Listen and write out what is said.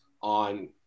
on